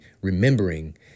remembering